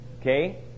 Okay